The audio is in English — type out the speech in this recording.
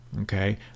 Okay